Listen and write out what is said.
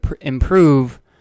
improve